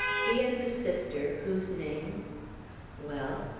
he and a sister whose name well?